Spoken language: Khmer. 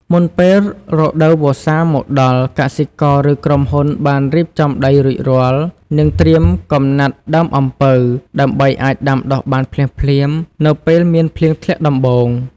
មុនពេលរដូវវស្សាមកដល់ កសិករ ឬក្រុមហ៊ុនបានរៀបចំដីរួចរាល់ហើយ និងត្រៀមកំណាត់ដើមអំពៅ ដើម្បីអាចដាំដុះបានភ្លាមៗនៅពេលមានភ្លៀងធ្លាក់ដំបូង។